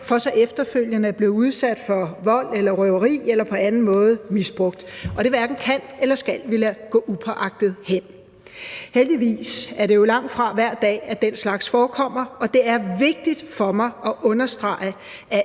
for så efterfølgende at blive udsat for vold eller røveri eller på anden måde blive misbrugt, og det hverken kan eller skal vi lade gå upåagtet hen. Heldigvis er det jo langtfra hver dag, at den slags forekommer, og det er vigtigt for mig at understrege,